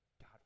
God